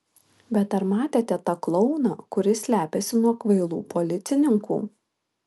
bet ar matėte tą klouną kuris slepiasi nuo kvailų policininkų